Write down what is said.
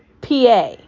PA